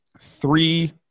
three